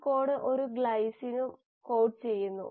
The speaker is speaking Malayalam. ഈ കോഡ് ഒരു ഗ്ലൈസിനും കോഡ് ചെയ്യുന്നു